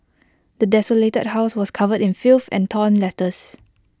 the desolated house was covered in filth and torn letters